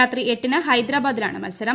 രാത്രി എട്ടിന് ഹൈദ്രാബാദിലാണ് മത്സരം